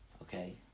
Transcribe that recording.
Okay